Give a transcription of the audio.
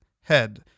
head